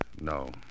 No